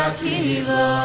Akiva